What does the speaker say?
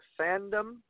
Fandom